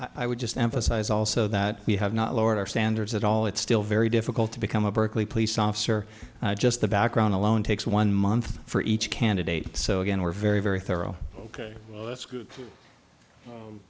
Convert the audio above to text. i would just emphasize also that we have not lowered our standards at all it's still very difficult to become a berkeley police officer just the background alone takes one month for each candidate so again we're very very thorough ok well that's good